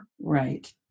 Right